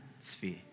sphere